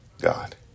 God